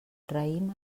raïm